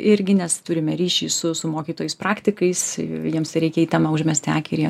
irgi nes turime ryšį su su mokytojais praktikais jiems reikia į temą užmesti akį ir jie